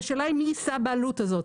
זאת שאלה מי יישא בעלות הזאת,